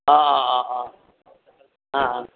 আ অঁ অঁ